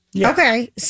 Okay